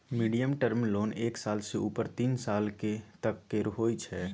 medium term loan एक साल सँ उपर तीन सालक तक केर होइ छै